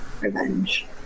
Revenge